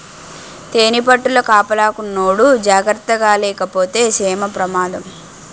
తేనిపట్టుల కాపలాకున్నోడు జాకర్తగాలేపోతే సేన పెమాదం